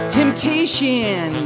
temptation